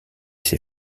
ses